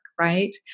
right